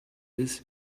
ist